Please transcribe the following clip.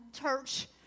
church